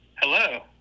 Hello